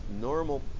normal